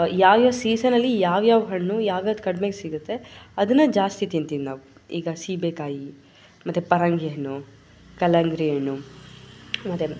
ಯಾವ್ಯಾವ ಸೀಸನಲ್ಲಿ ಯಾವ ಯಾವ ಹಣ್ಣು ಯಾವ ಯಾವ್ದು ಕಡ್ಮೆಗೆ ಸಿಗುತ್ತೆ ಅದನ್ನು ಜಾಸ್ತಿ ತಿಂತೀವಿ ನಾವು ಈಗ ಸೀಬೇಕಾಯಿ ಮತ್ತು ಪರಂಗಿ ಹಣ್ಣು ಕಲ್ಲಂಗಡಿ ಹಣ್ಣು ಮತ್ತು